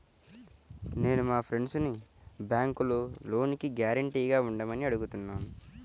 నేను మా ఫ్రెండ్సుని బ్యేంకులో లోనుకి గ్యారంటీగా ఉండమని అడుగుతున్నాను